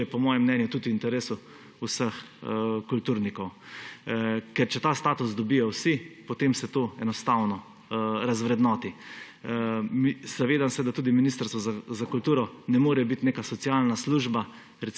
To je po mojem mnenju tudi v interesu vseh kulturnikov. Če ta status dobijo vsi, potem se to enostavno razvrednoti. Zavedam se, da Ministrstvo za kulturo tudi ne more biti neka socialna služba